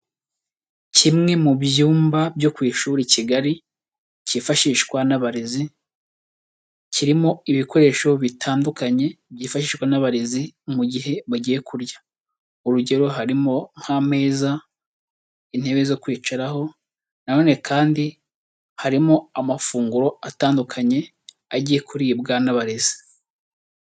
Kimwe mu byumba byo ku ishuri kigari cyifashishwa n'abarezi, kirimo ibikoresho bitandukanye byifashishwa n'abarezi mu gihe bagiye kurya, urugero harimo nk'ameza, intebe zo kwicaraho na none kandi harimo amafunguro atandukanye agiye kuribwa n'abarezi.